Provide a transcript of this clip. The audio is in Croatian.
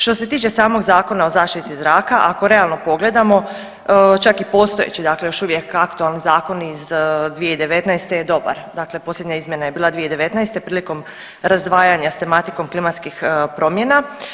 Što se tiče samog Zakona o zaštiti zraka ako realno pogledamo čak i postojeći dakle još uvijek aktualni zakon iz 2019. je dobar, dakle posljednja izmjena je bila 2019. prilikom razdvajanja s tematikom klimatskih promjena.